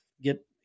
get